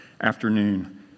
afternoon